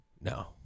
No